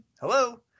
Hello